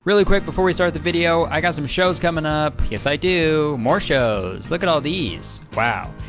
really quick before we start the video. i got some shows coming up. yes, i do. more shows. look at all these. wow.